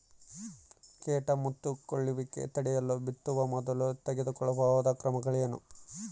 ಕೇಟ ಮುತ್ತಿಕೊಳ್ಳುವಿಕೆ ತಡೆಯಲು ಬಿತ್ತುವ ಮೊದಲು ತೆಗೆದುಕೊಳ್ಳಬೇಕಾದ ಕ್ರಮಗಳೇನು?